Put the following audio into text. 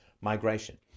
migration